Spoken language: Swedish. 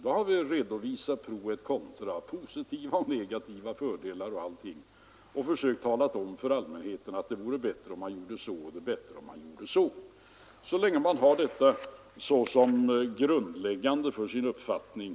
Då har vi redovisat pro et contra, fördelar och nackdelar, talat om för allmänheten att vi anser att det är bättre att göra si eller att det vore bättre att göra så. Detta är grundläggande för vårt samhällsskick.